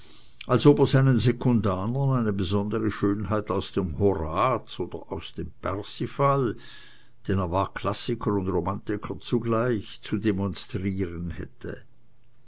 ob er seinen sekundanern eine besondere schönheit aus dem horaz oder aus dem parzival denn er war klassiker und romantiker zugleich zu demonstrieren hätte